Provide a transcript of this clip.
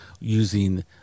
using